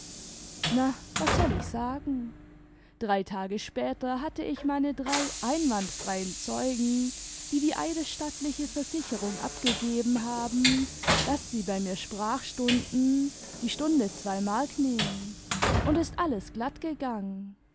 na was soll ich sagen drei tage später hatte ich meine drei einwandfreien zeugen die die eidesstattliche versicherung abgegeben haben daß sie bei mir sprachstunden die stunde zwei mark nehmen und ist alles glatt gegangen